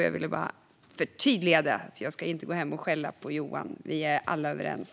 Jag ville bara förtydliga detta, och jag ska inte gå hem och skälla på Johan Pehrson. Vi är alla överens.